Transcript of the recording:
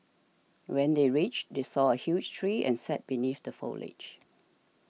when they reached they saw a huge tree and sat beneath the foliage